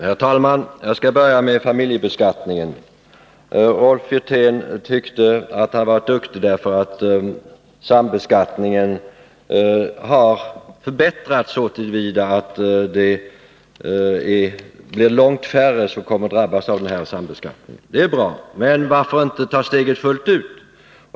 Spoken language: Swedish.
Herr talman! Jag skall börja med familjebeskattningen. Rolf Wirtén tyckte att han hade varit duktig därför att sambeskattningen har förbättrats så till vida att det är långt färre som kommer att drabbas av sambeskattningen. Det är bra — men varför inte ta steget fullt ut?